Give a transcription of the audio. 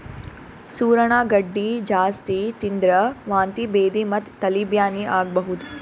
ಸೂರಣ ಗಡ್ಡಿ ಜಾಸ್ತಿ ತಿಂದ್ರ್ ವಾಂತಿ ಭೇದಿ ಮತ್ತ್ ತಲಿ ಬ್ಯಾನಿ ಆಗಬಹುದ್